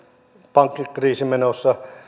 pankkikriisi menossa